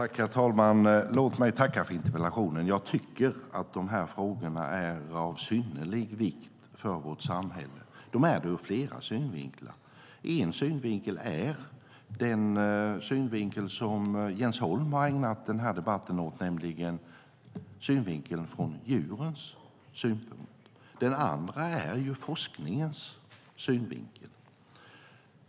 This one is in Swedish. Herr talman! Låt mig tacka för interpellationen. Jag tycker att dessa frågor är av synnerlig vikt för vårt samhälle. De är det ur flera synvinklar. En synvinkel är den som Jens Holm har ägnat denna debatt åt, nämligen djurens synvinkel. Den andra är forskningens synvinkel.